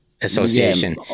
association